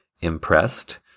impressed